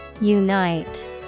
Unite